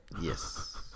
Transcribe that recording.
Yes